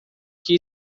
que